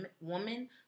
woman